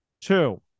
two